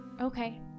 Okay